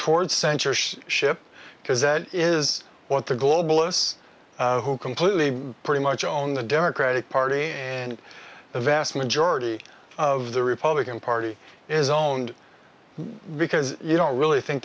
toward censorship ship because that is what the globalists who completely pretty much own the democratic party and the vast majority of the republican party is owned because you don't really think